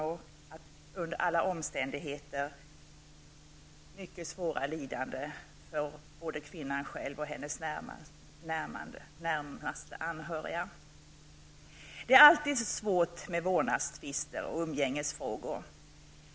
Det innebär under alla omständigheter mycket svåra lidanden för både kvinnan själv och hennes närmaste anhöriga. Det är alltid svårt med vårdnadstvister och umgängesfrågor.